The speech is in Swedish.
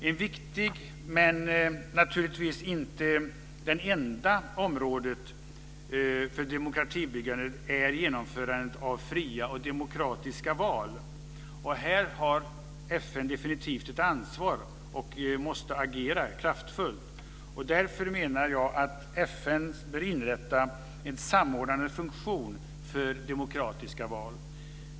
Ett viktigt område för demokratibyggandet är genomförandet av fria och demokratiska val, men det är naturligtvis inte det enda området. Här har FN definitivt ett ansvar och måste agera kraftfullt. Därför menar jag att FN bör inrätta en samordnande funktion för demokratiska val.